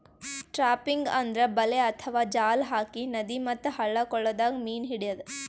trapping ಅಂದ್ರ ಬಲೆ ಅಥವಾ ಜಾಲ್ ಹಾಕಿ ನದಿ ಮತ್ತ್ ಹಳ್ಳ ಕೊಳ್ಳದಾಗ್ ಮೀನ್ ಹಿಡ್ಯದ್